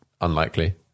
unlikely